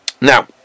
Now